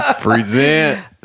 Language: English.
Present